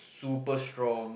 super strong